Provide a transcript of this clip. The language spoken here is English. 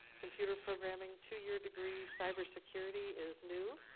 computer programming two-year degree, cyber security is new.